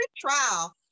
trial